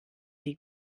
sie